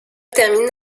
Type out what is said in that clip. termine